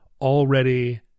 already –